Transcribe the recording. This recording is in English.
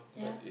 yeah